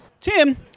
Tim